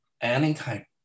anytime